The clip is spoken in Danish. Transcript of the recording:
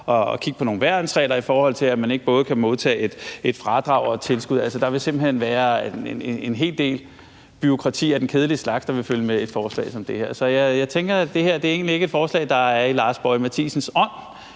at kigge på nogle værnsregler, i forhold til at folk ikke både kan modtage et fradrag og et tilskud. Der vil altså simpelt hen være en hel del bureaukrati af den kedelige slags, der vil følge med et forslag som det her. Så jeg tænker, at det her egentlig ikke er et forslag, der er i Lars Boje Mathiesens ånd